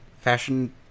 fashion